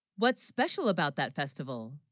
what's special, about that festival?